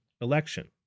election